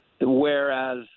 whereas